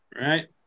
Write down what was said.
right